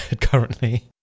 currently